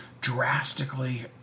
drastically